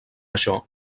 això